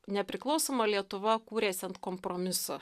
nepriklausoma lietuva kūrėsi ant kompromiso